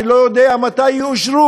שאני לא יודע מתי יאושרו,